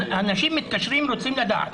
אנשים מתקשרים ורוצים לדעת.